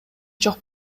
жок